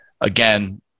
again